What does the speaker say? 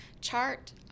chart